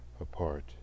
apart